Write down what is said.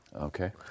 Okay